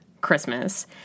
Christmas